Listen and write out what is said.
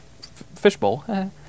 fishbowl